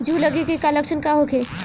जूं लगे के का लक्षण का होखे?